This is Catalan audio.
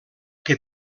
que